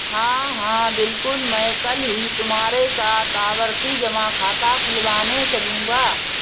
हां हां बिल्कुल मैं कल ही तुम्हारे साथ आवर्ती जमा खाता खुलवाने चलूंगा